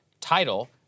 title